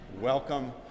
Welcome